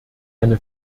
eine